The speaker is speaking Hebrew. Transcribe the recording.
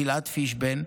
גלעד פישביין,